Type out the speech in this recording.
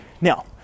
now